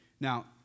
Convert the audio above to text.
Now